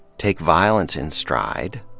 take violence in stride.